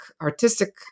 artistic